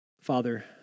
Father